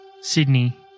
Sydney